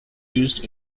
used